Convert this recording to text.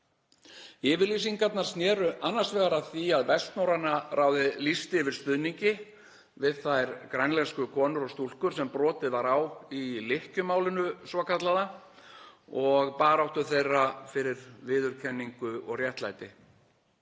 Yfirlýsingarnar sneru annars vegar að því að Vestnorræna ráðið lýsti yfir stuðningi við þær grænlensku konur og stúlkur sem brotið var á í lykkjumálinu svokallaða og baráttu þeirra fyrir viðurkenningu og réttlæti.